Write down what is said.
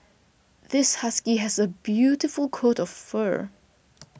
this husky has a beautiful coat of fur